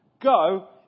go